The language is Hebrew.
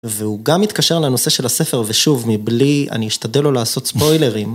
והוא גם התקשר לנושא של הספר, ושוב, מבלי... אני אשתדל לא לעשות ספוילרים.